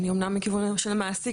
אומנם היום אני מהכיוון של המעסיק,